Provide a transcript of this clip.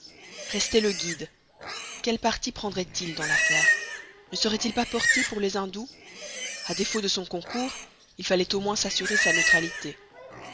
restait le guide quel parti prendrait-il dans l'affaire ne serait-il pas porté pour les hindous a défaut de son concours il fallait au moins s'assurer sa neutralité